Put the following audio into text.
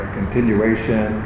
continuation